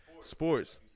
sports